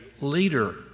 leader